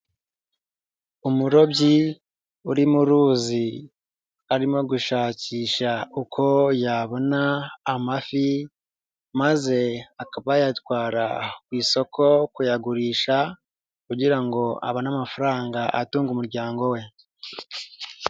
Umurobyi uri mu ruzi arimo gushakisha uko yabona amafi maze akaba yayatwara ku isoko kuyagurisha kugira ngo abone amafaranga atunga umuryango we.